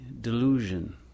delusion